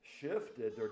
shifted